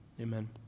Amen